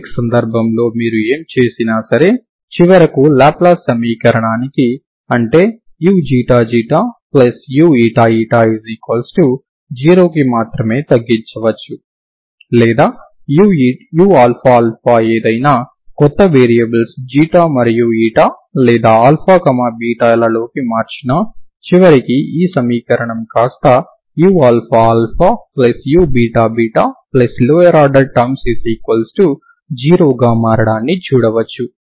elliptic సందర్భంలో మీరు ఏమి చేసినా సరే చివరకు లాప్లస్ సమీకరణానికి అంటే uξξuηη0 కి మాత్రమే తగ్గించవచ్చు లేదా uααఏదైనా కొత్త వేరియబుల్స్ ξ మరియు η లేదా లలోకి మార్చినా చివరకి ఈ సమీకరణం కాస్తా uααuββలోయర్ ఆర్డర్ టర్మ్స్ 0 గా మారడాన్ని చూడవచ్చు